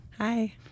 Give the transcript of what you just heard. Hi